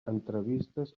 entrevistes